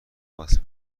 وصل